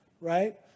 right